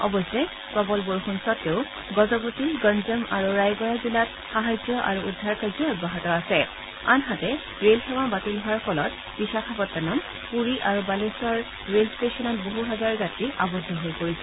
অৱশ্যে প্ৰবল বৰষুণ স্বতেও গজপতি গঞ্জম আৰু ৰায়গড়া জিলাত সাহায্য আৰু উদ্ধাৰ কাৰ্য অব্যাহত আছে আনহাতে ৰেলসেৱা বাতিল হোৱাৰ ফলত বিশাপট্টনম পুৰী আৰু বালেশ্বৰ ৰে'ল ষ্টেচনত বহু হাজাৰ যাত্ৰী আবদ্ধ হৈ পৰিছে